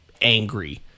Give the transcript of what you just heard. angry